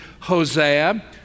Hosea